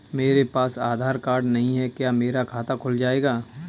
मेरे पास आधार कार्ड नहीं है क्या मेरा खाता खुल जाएगा?